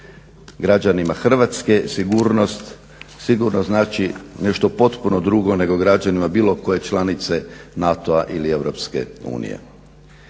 Građanima Hrvatske sigurnost sigurno znači nešto potpuno drugo nego građanima bilo koje članice NATO-a ili EU.